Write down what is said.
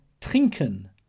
trinken